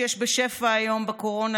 שיש בשפע היום בקורונה,